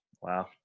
Wow